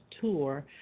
tour